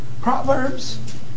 Proverbs